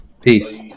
Peace